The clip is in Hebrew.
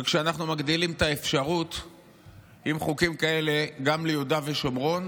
כשאנחנו מגדילים את האפשרות עם חוקים כאלה גם ליהודה ושומרון,